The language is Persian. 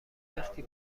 وقتی